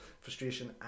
frustration